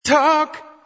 Talk